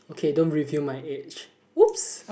okay don't reveal my age opps